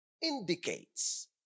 indicates